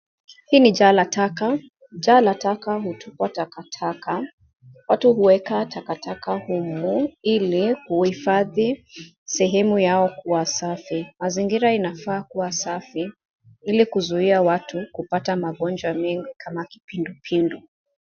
Hii ni jalataka. Jalataka hutupwa takataka. Watu huweka takataka humo ili kuhifadhi sehemu yao kuwa safi. Mazingira inafaa kuwa safi ili kuzuia watu kupata magonjwa mengi kama kipindupindu.